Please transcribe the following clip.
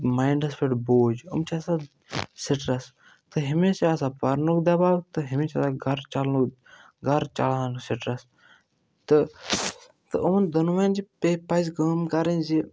مایِنٛڈَس پٮ۪ٹھ بوج یِم چھِ آسان سِٹرٛس تہٕ ہُمِس چھِ آسان پَرنُک دَباو تہٕ ہُمِس آسان گَرٕ چَلنُک گَرٕ چَلاونُک سِٹرٛس تہٕ یِمَن دۄنؤیَن چھِ پیٚیہِ پَزِ کٲم کَرٕنۍ زِ